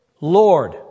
Lord